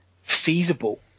feasible